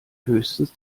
höchstens